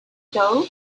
doe